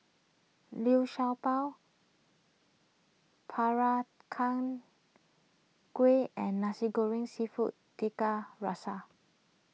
Liu Sha Bao Kueh and Nasi Goreng Seafood Tiga Rasa